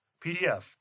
PDF